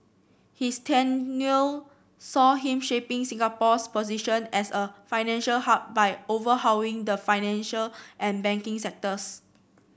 his tenure saw him shaping Singapore's position as a financial hub by overhauling the financial and banking sectors